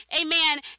Amen